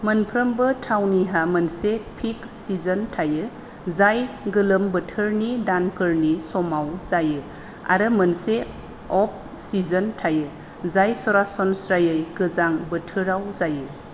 मोनफ्रोमबो थावनिहा मोनसे पीक सिजन थायो जाय गोलोम बोथोरनि दानफोरनि समाव जायो आरो मोनसे अफ सिजन थायो जाय सरासनस्रायै गोजां बोथोराव जायो